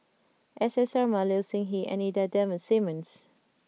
S S Sarma Low Siew Nghee and Ida Simmons